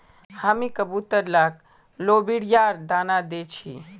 हामी कबूतर लाक लोबियार दाना दे दी छि